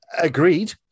Agreed